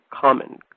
common